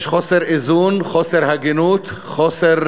יש חוסר איזון, חוסר